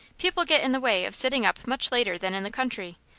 people get in the way of sitting up much later than in the country,